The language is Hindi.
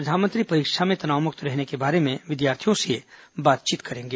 प्रधानमंत्री परीक्षा में तनावमुक्त रहने के बारे में विद्यार्थियों से बातचीत करेंगे